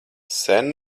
sen